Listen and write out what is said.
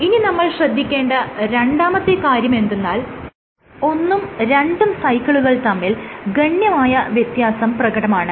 ഇനി നമ്മൾ ശ്രദ്ധിക്കേണ്ട രണ്ടാമത്തെ കാര്യമെന്തെന്നാൽ ഒന്നും രണ്ടും സൈക്കിളുകൾ തമ്മിൽ ഗണ്യമായ വ്യത്യാസം പ്രകടമാണ്